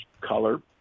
color